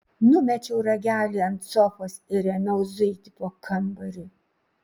numečiau ragelį ant sofos ir ėmiau zuiti po kambarį